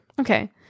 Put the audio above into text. Okay